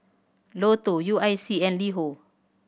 Lotto U I C and LiHo